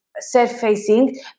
surfacing